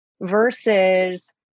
versus